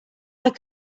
could